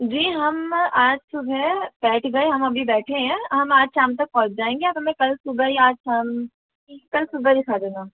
जी हम आज सुबह बैठ गए हम अभी बैठे हैं हम आज शाम तक पहुँच जाएंगे आप हमें कल सुबह या आज शाम कल सुबह दिखा देना